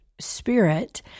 spirit